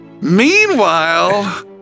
Meanwhile